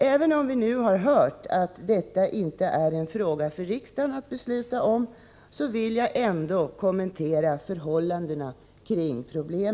Även om detta, som vi har hört, inte är något som riksdagen har att besluta om, vill jag kommentera problemen på detta område.